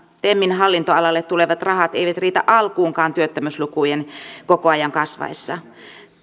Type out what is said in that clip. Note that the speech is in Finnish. temin hallintoalalle tulevat rahat eivät riitä alkuunkaan työttömyyslukujen koko ajan kasvaessa